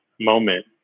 moment